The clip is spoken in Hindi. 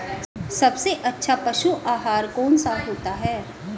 सबसे अच्छा पशु आहार कौन सा होता है?